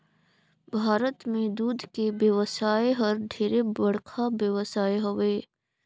भारत में दूद के बेवसाय हर ढेरे बड़खा बेवसाय हवे